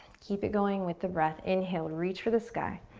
keep it going with the breath. inhale, reach for the sky.